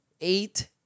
eight